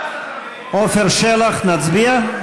נצביע?